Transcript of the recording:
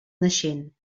naixent